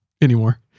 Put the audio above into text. anymore